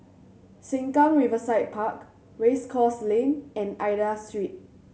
Sengkang Riverside Park Race Course Lane and Aida Street